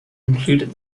concluded